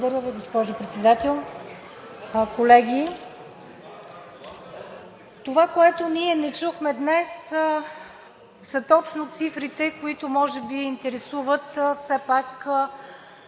Благодаря Ви, госпожо Председател. Колеги, това, което ние не чухме днес, са точно цифрите, които може би интересуват все пак